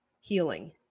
healing